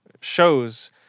shows